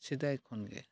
ᱥᱮᱫᱟᱭ ᱠᱷᱚᱱᱜᱮ